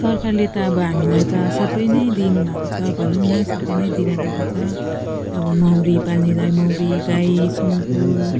सरकारले त अब हामीलाई त सबै नै दिनुभएको छ भनौँ न सबै नै दिइरहेको छ अब मौरी पाल्नेलाई मौरी गाई सुँगुर